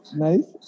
nice